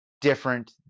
different